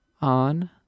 on